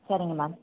சரிங்க மேம்